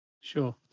Sure